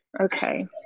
okay